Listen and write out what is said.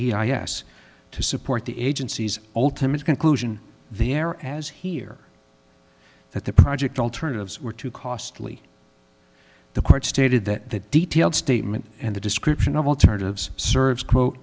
a s to support the agency's ultimate conclusion the air as here that the project alternatives were too costly the court stated that detailed statement and the description of alternatives serves quote